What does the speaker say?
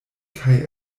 kaj